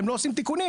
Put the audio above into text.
והם לא עושים תיקונים.